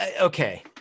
okay